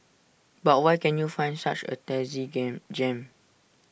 but where can you find such A tasty game gem